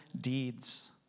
deeds